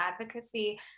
advocacy